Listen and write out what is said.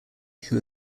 who